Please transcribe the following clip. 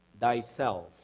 thyself